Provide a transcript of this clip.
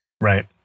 Right